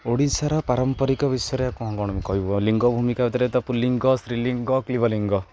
ଓଡ଼ିଶାର ପାରମ୍ପରିକ ବିଷୟରେ କ'ଣ କ'ଣ କହିବ ଲିଙ୍ଗ ଭୂମିକା ଭିତରେ ତ ପୁଲିିଙ୍ଗ ସ୍ତ୍ରୀଲିିଙ୍ଗ କ୍ଳିବଲିିଙ୍ଗ